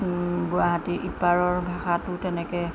গুৱাহাটীৰ ইপাৰৰ ভাষাটো তেনেকৈ